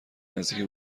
نزدیکی